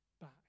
back